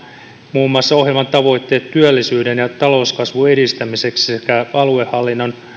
muun muassa ohjelman tavoitteet työllisyyden ja talouskasvun edistämiseksi sekä aluehallinnon